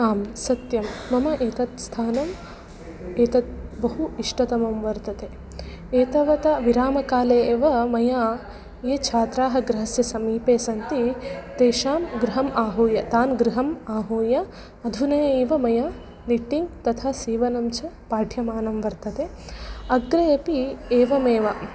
आम् सत्यं मम एतत् स्थानम् एतत् बहु इष्टतमं वर्तते एतावता विरामकाले एव मया ये छात्राः गृहस्य समीपे सन्ति तेषां गृहम् आहूय तान् गृहम् आहूय अधुना एव मया निट्टिङ्ग् तथा सीवनं च पाठ्यमानं वर्तते अग्रे अपि एवमेव